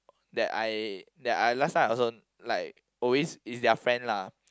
that I that I last time also like always is their friend lah